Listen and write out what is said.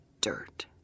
dirt